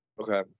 Okay